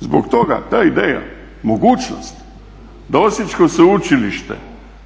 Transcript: Zbog toga ta ideja nemogućnost da Osječko sveučilište